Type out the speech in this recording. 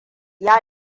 ya